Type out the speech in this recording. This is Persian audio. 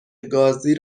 گازی